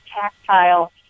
tactile